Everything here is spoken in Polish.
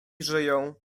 żyją